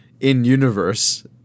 in-universe